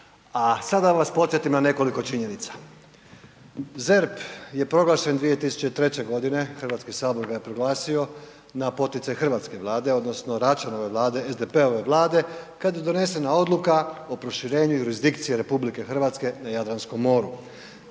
A sad da vas podsjetim na nekoliko činjenica. ZERP je proglašen 2003. godine, HS ga je proglasio na poticaj hrvatske Vlade odnosno Račanove Vlade, SDP-ove Vlade, kad je donesena odluka o proširenju jurisdikcije RH na Jadranskom moru.